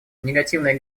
негативные